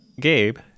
Gabe